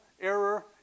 error